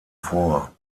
vor